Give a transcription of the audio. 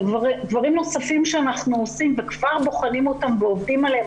דברים נוספים שאנחנו עושים וכבר בוחנים אותם ועובדים עליהם